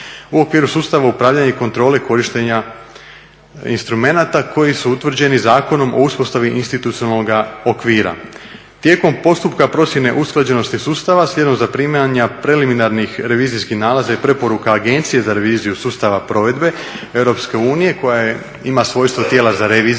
u okviru sustava upravljanja i kontrole korištenja instrumenata koji su utvrđenim Zakonom u uspostavi institucionalnog okvira. Tijekom postupka procjene usklađenosti sustava, slijedom zaprimanja preliminarnih revizijskih nalaza i preporuka Agencije za reviziju sustava provedbe EU koja ima svojstvo tijela za reviziju